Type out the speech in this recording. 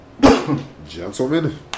Gentlemen